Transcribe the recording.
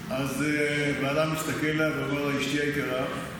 רוצה להתניע את הרכב, ואשתו לוקחת